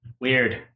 weird